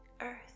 earth